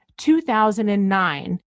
2009